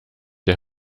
der